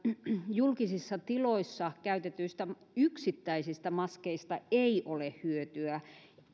julkisissa tiloissa käytetyistä yksittäisistä maskeista ei ole hyötyä